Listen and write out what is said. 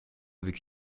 avec